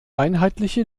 einheitliche